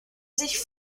sich